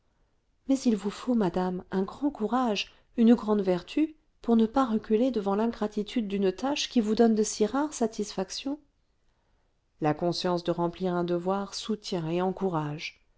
mais il vous faut madame un grand courage une grande vertu pour ne pas reculer devant l'ingratitude d'une tâche qui vous donne de si rares satisfactions la conscience de remplir un devoir soutient et encourage